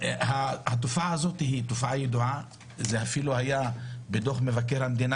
התופעה זאת ידועה וזה אפילו היה בדוח מבקר המדינה